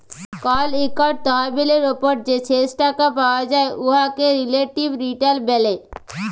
call ইকট তহবিলের উপর যে শেষ টাকা পাউয়া যায় উয়াকে রিলেটিভ রিটার্ল ব্যলে